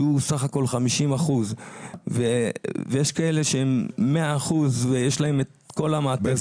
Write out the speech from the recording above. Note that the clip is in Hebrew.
שהוא סך הכול 50% ויש כאלה שהם 100% ויש להם את כל המעטפת.